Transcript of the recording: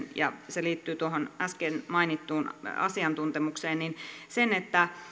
ja se liittyy tuohon äsken mainittuun asiantuntemukseen sen että